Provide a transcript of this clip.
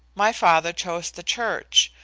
my father chose the church,